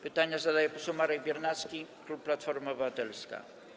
Pytanie zadaje poseł Marek Biernacki, klub Platforma Obywatelska.